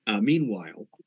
Meanwhile